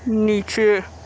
नीचे